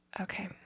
Okay